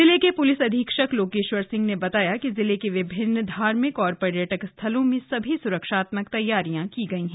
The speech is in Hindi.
जिले के प्लिस अधीक्षक लोकेश्वर सिंह ने बताया कि जिले के विभिन्न धार्मिक और पर्यटक स्थलों में सभी स्रक्षात्मक तैयारियां की गई है